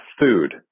Food